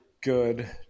good